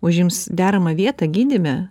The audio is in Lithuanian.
užims deramą vietą gydyme